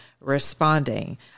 responding